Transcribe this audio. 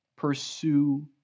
pursue